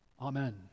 Amen